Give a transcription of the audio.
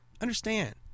Understand